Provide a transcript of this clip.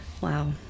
Wow